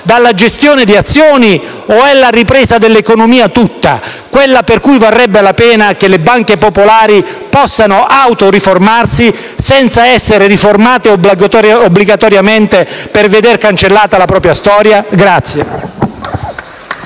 dalla gestione di azioni o quella dell'economia tutta, per la quale varrebbe la pena che le banche popolari possano autoriformarsi, senza essere riformate obbligatoriamente, per veder cancellata la propria storia?